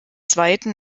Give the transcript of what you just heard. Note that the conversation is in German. zweiten